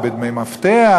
או בדמי מפתח,